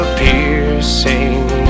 piercing